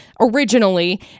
originally